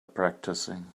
practicing